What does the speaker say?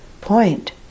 point